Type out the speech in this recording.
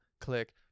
click